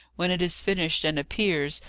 when it is finished and appears,